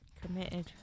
Committed